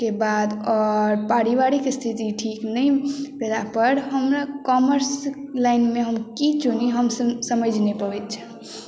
के बाद आओर पारिवारिक स्थिति ठीक नहि रहलापर हमरा कॉमर्स लाइनमे हम की चुनी हम से समझि नहि पबैत छलहुँ